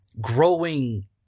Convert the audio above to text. growing